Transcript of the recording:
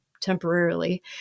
temporarily